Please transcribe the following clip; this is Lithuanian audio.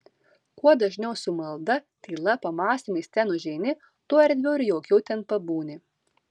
kuo dažniau su malda tyla pamąstymais ten užeini tuo erdviau ir jaukiau ten pabūni